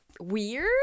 weird